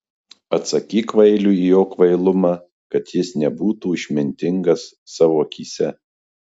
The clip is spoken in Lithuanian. atsakyk kvailiui į jo kvailumą kad jis nebūtų išmintingas savo akyse